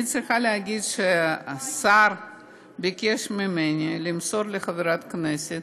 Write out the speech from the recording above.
אני צריכה להגיד שהשר ביקש ממני למסור לחברת הכנסת,